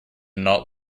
not